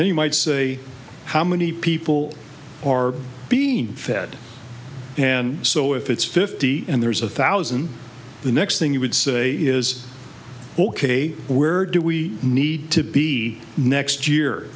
you might say how many people are being fed and so if it's fifty and there's a thousand the next thing you would say is well k where do we need to be next year